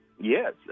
Yes